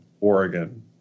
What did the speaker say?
Oregon